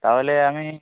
তাহলে আমি